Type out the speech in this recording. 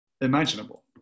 imaginable